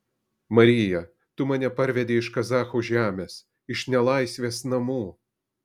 marija tu mane parvedei iš kazachų žemės iš nelaisvės namų